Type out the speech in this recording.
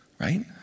Right